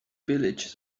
village